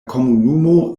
komunumo